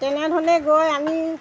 তেনেধৰণে গৈ আমি